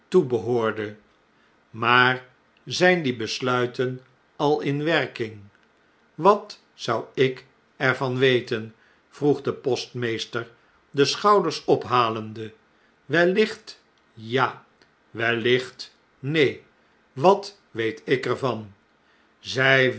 toebehoorde maar zjjn die besluiten al in werking wat zou ik er van weten vroeg de postmeester de schouders ophalende wellicht ja wellicht neen wat weet ik er van zjj